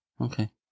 Okay